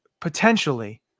potentially